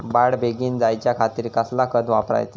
वाढ बेगीन जायच्या खातीर कसला खत वापराचा?